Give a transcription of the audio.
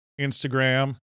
Instagram